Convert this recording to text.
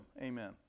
amen